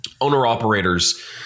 owner-operators